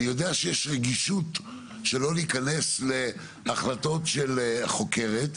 אני יודע שיש רגישות שלא להיכנס להחלטות של החוקרת,